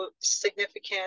significant